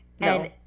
No